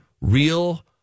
real